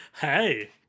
hey